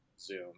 zoom